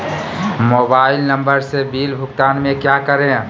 Mobile number से bill भुगतान में क्या करें?